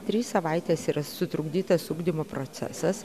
trys savaitės yra sutrukdytas ugdymo procesas